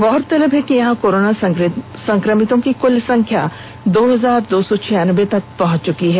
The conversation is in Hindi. गौरतलब है कि यहां कोरोना संक्रमितों की कुल संख्या दो हजार दो सौ छियानवे तक पहंच चुकी है